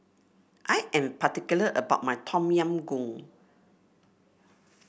I am particular about my Tom Yam Goong